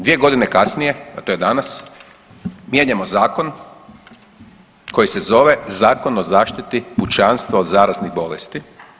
Dvije godine kasnije, a to je danas mijenjamo zakon koji se zove Zakon o zaštiti pučanstva od zaraznih bolesti.